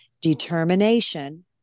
determination